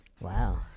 Wow